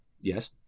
Yes